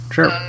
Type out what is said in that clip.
Sure